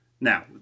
Now